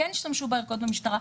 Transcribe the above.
כן השתמשו בערכות במשטרה.